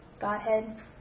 Godhead